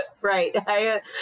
Right